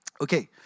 okay